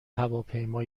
هواپیما